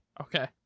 Okay